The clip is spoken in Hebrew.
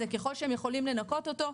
ככל שהם יכולים לנכות אותו,